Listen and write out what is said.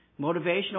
motivational